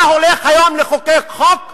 אתה הולך היום לחוקק חוק אפרטהייד,